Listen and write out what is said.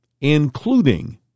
including